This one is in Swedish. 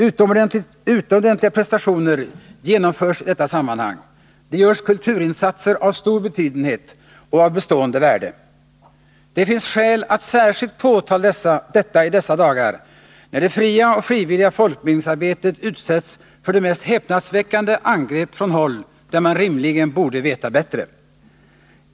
Utomordentliga prestationer genomförs i detta sammanhang. Det görs kulturinsatser av stor betydenhet och av bestående värde. Det finns skäl att särskilt påtala detta i dessa dagar när det fria och frivilliga bildningsarbetet utsätts för de mest häpnadsväckande angrepp från håll där man rimligen borde veta bättre.